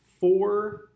four